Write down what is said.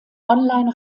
online